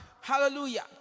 hallelujah